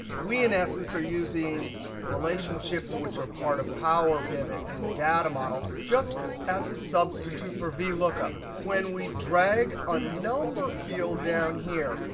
we, in essence, are using relationships, which are part of power pivot and the data model just as a substitute for vlookup. when we drag a number field down here,